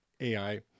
AI